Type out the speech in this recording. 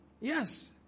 Yes